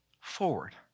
Forward